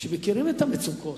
שמכירים את המצוקות.